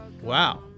wow